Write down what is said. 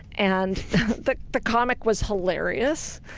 and the the comic was hilarious,